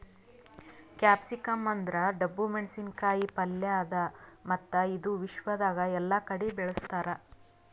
capsicum ಅಂದುರ್ ಡಬ್ಬು ಮೆಣಸಿನ ಕಾಯಿ ಪಲ್ಯ ಅದಾ ಮತ್ತ ಇದು ವಿಶ್ವದಾಗ್ ಎಲ್ಲಾ ಕಡಿ ಬೆಳುಸ್ತಾರ್